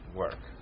work